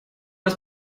das